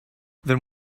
then